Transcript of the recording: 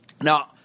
Now